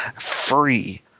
free